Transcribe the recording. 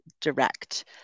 direct